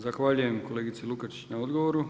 Zahvaljujem kolegici Lukačić na odgovoru.